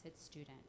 student